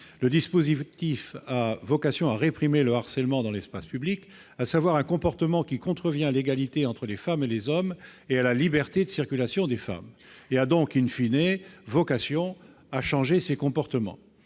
Ce dispositif a vocation à réprimer le harcèlement dans l'espace public, c'est-à-dire un comportement qui contrevient à l'égalité entre les femmes et les hommes et à la liberté de circulation des femmes. Il s'agit,, de changer ce type de comportement.